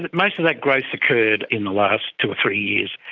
but most of that growth occurred in the last two or three years.